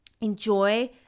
enjoy